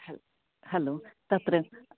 hello तत्र